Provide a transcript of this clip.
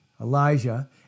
Elijah